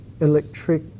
electric